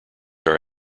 are